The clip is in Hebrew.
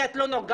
כי את לא נוגעת,